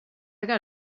got